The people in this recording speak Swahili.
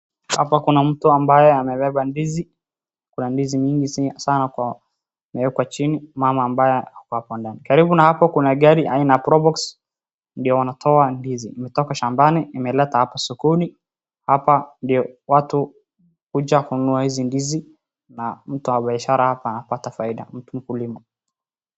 Hapa kuna mtu ambaye anabeba ndizi, kuna ndizi nyingi sana kwa imeekwa chini mama ambaye ako hapo ndani, karibu na hapo kuna gari aina ya probox , ndio wanatoa ndizi imetoka shambani imeletwa hapa sokoni hapa ndio watu huja kununua hizi ndizi na mtu wa biashara hapa anapata faida, mtu mkulima.